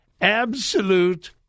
Absolute